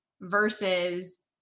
versus